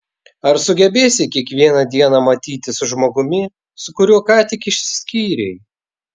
ar sugebėsi kiekvieną dieną matytis su žmogumi su kuriuo ką tik išsiskyrei